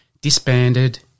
disbanded